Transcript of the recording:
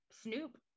Snoop